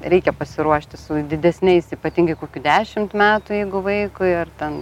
reikia pasiruošti su didesniais ypatingai kokių dešimt metų jeigu vaikui ar ten